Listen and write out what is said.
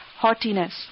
haughtiness